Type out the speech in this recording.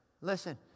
Listen